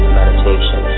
meditation